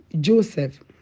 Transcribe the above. Joseph